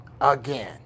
again